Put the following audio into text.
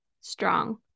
strong